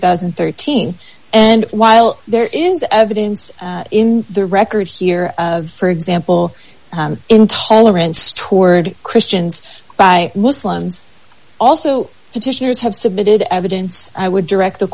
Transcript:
thousand and thirteen and while there is evidence in the record here for example of intolerance toward christians by muslims also petitioners have submitted evidence i would direct